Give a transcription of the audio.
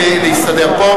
בחירות ומימון מפלגות,